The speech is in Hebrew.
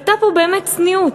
הייתה פה באמת צניעות,